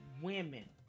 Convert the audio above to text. women